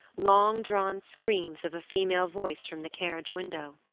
long-drawn screams of a female voice from the carriage window.